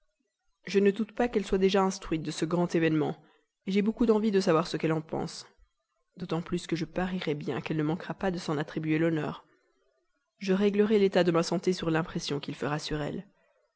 je ne doute pas qu'elle ne soit déjà instruite de ce grand événement j'ai beaucoup d'envie de savoir ce qu'elle en pense d'autant que je parierois bien qu'elle ne manquera pas de s'en attribuer l'honneur je réglerai l'état de ma santé sur l'impression qu'il fera sur elle